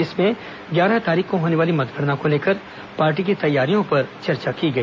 इसमें ग्यारह तारीख को होने वाली मतगणना को लेकर पार्टी की तैयारियों पर चर्चा की गई